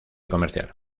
comercial